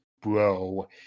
bro